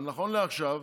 אבל נכון לעכשיו,